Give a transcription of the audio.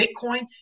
Bitcoin